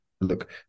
Look